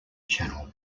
channel